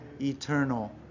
eternal